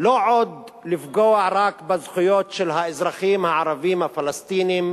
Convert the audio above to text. לא עוד לפגוע רק בזכויות של האזרחים הערבים הפלסטינים